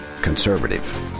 conservative